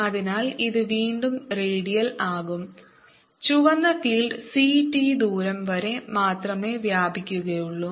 അതിനാൽ ഇത് വീണ്ടും റേഡിയൽ ആകും ചുവന്ന ഫീൽഡ് c t ദൂരം വരെ മാത്രമേ വ്യാപിക്കുകയുള്ളൂ